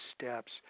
steps